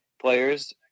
players